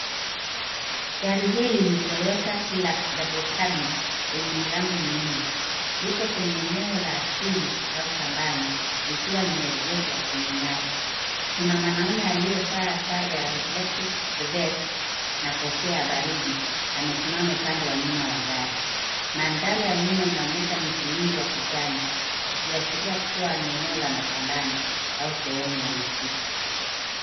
Gari hili ni toyota [hilux double cabin ]yenye milango minne ipo kwenye eneo la asili au shambani likiwa limeegeshwa kwenye nyasi. Kuna mwanaume aliyevaa sare ya reflective vest na kofia ya baridi amesimama upande wa nyuma wa gari. Mandhari ya nyuma inaonyesha miti mingi ya kijani ikiashiria kuwa ni eneo la mashambani au sehemu ya msitu.